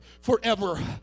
forever